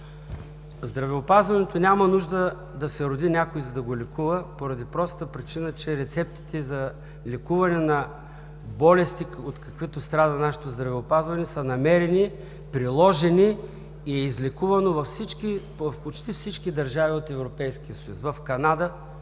здравеопазването няма нужда да се роди някой, за да го лекува, поради простата причина, че рецептите за лекуване на болести от каквито страда нашето здравеопазване са намерени, приложени и е излекувано в почти всички държави от Европейския съюз, в Канада,